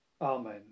Amen